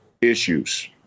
issues